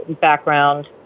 background